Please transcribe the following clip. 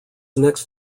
next